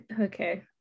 Okay